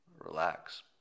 relax